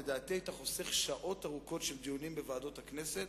לדעתי היית חוסך שעות ארוכות של דיונים בוועדות הכנסת.